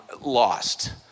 lost